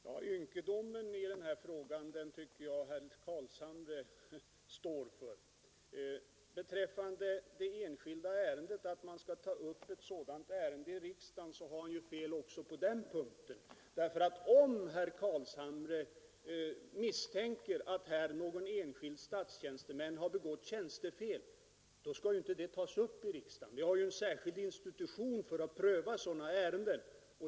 Herr talman! Ynkedomen i frågan tycker jag herr Carlshamre får stå för. Beträffande rätten till upptagande i riksdagen av ett enskilt ärende vill jag säga att han har fel också på den punkten. Om herr Carlshamre misstänker att någon enskild statstjänsteman har begått tjänstefel, skall det nämligen inte tas upp i riksdagen, utan vi har en särskild institution för prövning av sådana ärenden.